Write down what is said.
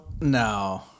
No